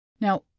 Now